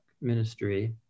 ministry